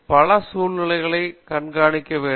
பல சூழ்நிலைகளை கண்காணிக்க வேண்டும்